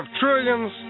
trillions